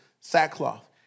sackcloth